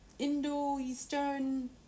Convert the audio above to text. Indo-Eastern